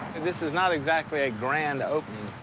this is not exactly a grand opening.